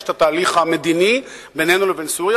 את התהליך המדיני בינינו לבין סוריה,